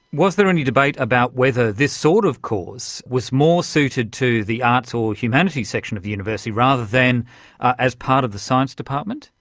was there any debate about whether this sort of course was more suited to the arts or humanities section of the university rather than as part of the science department?